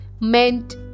meant